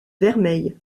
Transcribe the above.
vermeil